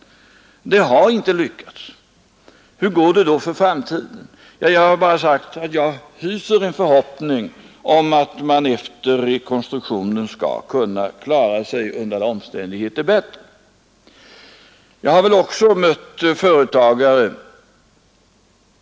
Detta har nu inte lyckats. Och hur går det nu i framtiden? Ja, jag har bara sagt att jag hyser den förhoppningen att man under alla omständigheter efter rekonstruktionen skall kunna klara sig bättre.